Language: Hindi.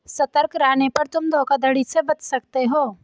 सतर्क रहने पर तुम धोखाधड़ी से बच सकते हो